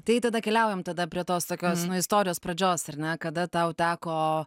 tai tada keliaujam tada prie tos tokio istorijos pradžios ar ne kada tau teko